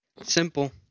Simple